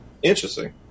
Interesting